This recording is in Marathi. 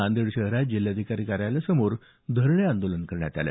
नांदेड शहरात जिल्हाधिकारी कार्यालयासमोर धरणे आंदोलन करण्यात आलं